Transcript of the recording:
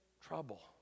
trouble